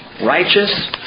Righteous